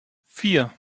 vier